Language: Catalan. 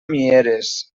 mieres